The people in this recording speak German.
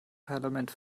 parlament